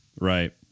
right